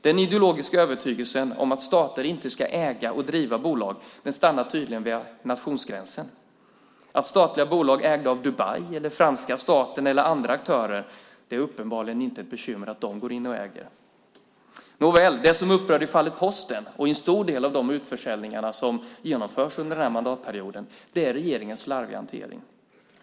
Den ideologiska övertygelsen om att stater inte ska äga och driva bolag stannar tydligen vid nationsgränsen. Att statliga bolag ägda av Dubai, franska staten eller andra aktörer går in och äger är uppenbarligen inte ett bekymmer. Nåväl, det som upprör i fallet Posten och i en stor del av de utförsäljningar som genomförs under den här mandatperioden är regeringens slarviga hantering.